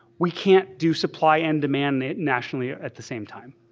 we can't do supply and demand nationally at the same time.